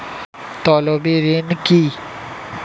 তলবি ঋণ কি?